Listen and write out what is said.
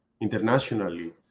internationally